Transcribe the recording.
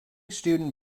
student